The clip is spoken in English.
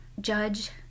judge